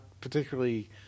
particularly